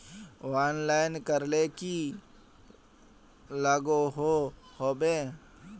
Online करले की लागोहो होबे?